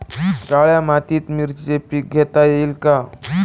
काळ्या मातीत मिरचीचे पीक घेता येईल का?